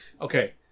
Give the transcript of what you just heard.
Okay